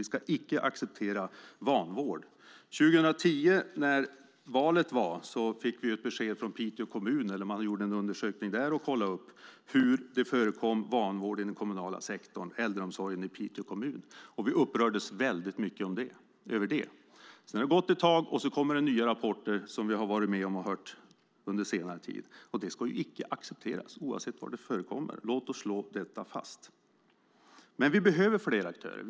Vi ska icke acceptera vanvård. År 2010, när det var val, gjordes det en undersökning i Piteå kommun som visade att det förekom vanvård i den kommunala sektorn, i äldreomsorgen i Piteå kommun. Vi upprördes väldigt mycket över det. Sedan det har gått en tid kommer det nya rapporter, som vi har hört om under senare tid. Det ska icke accepteras, oavsett var det förekommer. Låt oss slå fast detta! Men vi behöver fler aktörer.